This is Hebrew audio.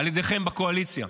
על ידיכם בקואליציה.